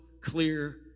clear